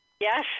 Yes